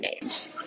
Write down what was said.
names